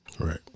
right